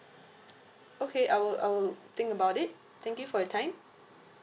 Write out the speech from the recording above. okay I will I will think about it thank you for your time